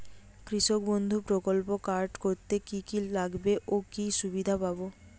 কৃষক বন্ধু প্রকল্প কার্ড করতে কি কি লাগবে ও কি সুবিধা পাব?